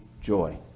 joy